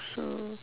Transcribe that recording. so